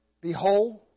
Behold